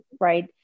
right